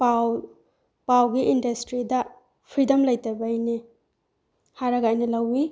ꯄꯥꯎ ꯄꯥꯎꯒꯤ ꯏꯟꯗꯁꯇ꯭ꯔꯤꯗ ꯐ꯭ꯔꯤꯗꯝ ꯂꯩꯇꯕꯒꯤꯅꯤ ꯍꯥꯏꯅ ꯑꯩꯅ ꯂꯧꯏ